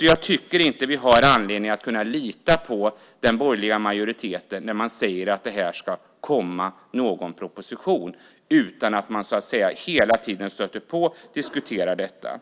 Jag tycker inte att vi har anledning att lita på den borgerliga majoriteten när den säger att det ska komma en proposition, utan vi måste hela tiden stöta på och diskutera detta.